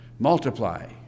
Multiply